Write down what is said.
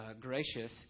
gracious